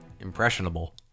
Impressionable